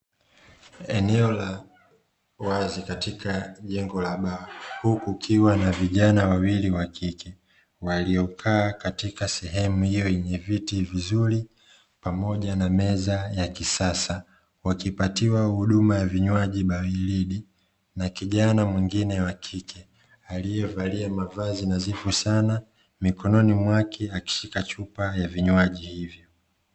Eneo la wazi katika jengo la huku ukiwa na vijana wawili wa kike waliokaa katika sehemu hiyo yenye viti vizuri pamoja na meza ya kisasa, wakipatiwa huduma ya vinywaji balidi, na kijana mwingine wa kike aliyevalia mavazi nadhifu sana mikononi mwake akishika chupa ya vinywaji hivyo.